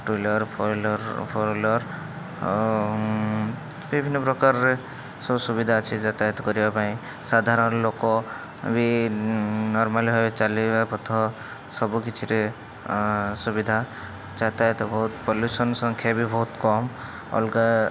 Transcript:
two wheeler four wheeler four wheeler ଆଉ ବିଭିନ୍ନ ପ୍ରକାରରେ ସବୁ ସୁବିଧା ଅଛି ଯାତାୟାତ କରିବା ପାଇଁ ସାଧାରଣ ଲୋକ ବି ନର୍ମାଲ୍ ଭାବେ ଚାଲିବା ପଥ ସବୁ କିଛିରେ ସୁବିଧା ଯାତାୟାତ ବହୁତ ପଲ୍ୟୁସନ୍ ସଂଖ୍ୟା ବି ବହୁତ କମ୍ ଅଲଗା